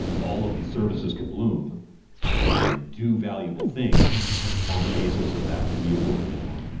all of these services can bloom and do valuable things on the basis of that immutable commit log.